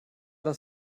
das